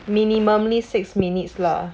minimum needs six minutes lah